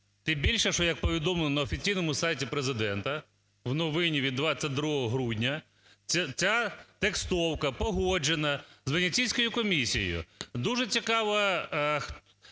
що як повідомлено на офіційному сайті Президента в новині від 22 грудня, ця текстовка погоджена з Венеційською комісією. Дуже цікаво,